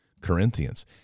Corinthians